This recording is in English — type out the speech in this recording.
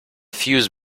fuse